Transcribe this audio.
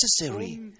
necessary